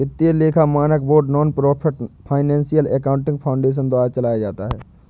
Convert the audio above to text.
वित्तीय लेखा मानक board nonprofit financial accounting foundation द्वारा चलाया जाता है